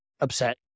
upset